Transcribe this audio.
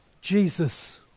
Jesus